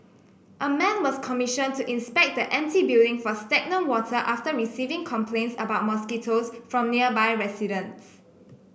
a man was commissioned to inspect the empty building for stagnant water after receiving complaints about mosquitoes from nearby residents